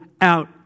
out